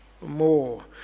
more